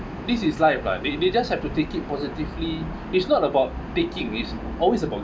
this is life but they they just have to take it positively it's not about taking is always about